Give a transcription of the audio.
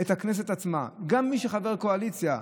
גם מי שחבר קואליציה,